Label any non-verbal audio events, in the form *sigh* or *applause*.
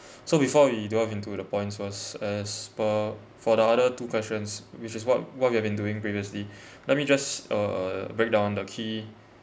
so before we delve into the points first as per for the other two questions which is what what we have been doing previously *breath* let me just uh uh break down the key